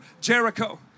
Jericho